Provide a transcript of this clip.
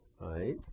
right